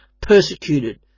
persecuted